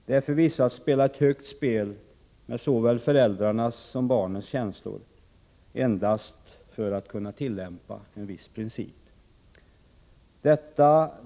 Det är förvisso att spela ett högt spel med såväl föräldrarnas som barnens känslor endast för att kunna tillämpa en viss princip.